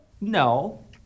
no